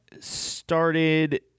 started